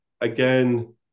again